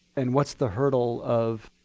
and what's the hurdle of